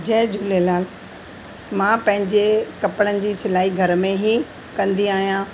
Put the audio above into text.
जय झूलेलाल मां पंहिंजे कपिड़नि जी सिलाई घर में ई कंदी आहियां